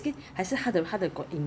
then 等一下看医生更贵